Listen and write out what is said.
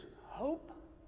hope